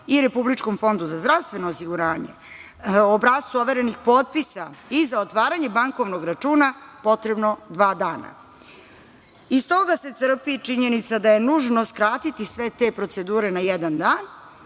i Republičkom fondu za zdravstveno osiguranje, obrascu overenih potpisa i za otvaranje bankovnog računa potrebno dva dana. Iz toga se crpi činjenica je nužno skratiti sve te procedure na jedan dan,